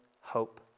hope